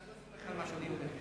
אתה לא סומך על מה שאני אומר.